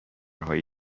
های